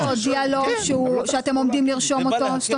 מה עם להודיע לו שאתם עומדים לרשום אותו?